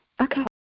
okay